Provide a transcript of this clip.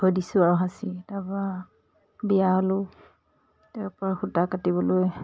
থৈ দিছোঁ আৰু সাঁচি তাৰপা বিয়া হ'লো তাৰপৰা সূতা কাটিবলৈ